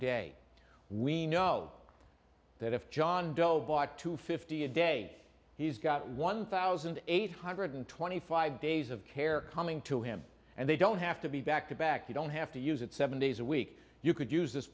day we know that if john doe bought two fifty a day he's got one thousand eight hundred twenty five days of care coming to him and they don't have to be back to back you don't have to use it seven days a week you could use this